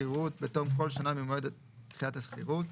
השכירות בתום כל שנה ממועד תחילת השכירות,